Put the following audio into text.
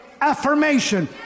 affirmation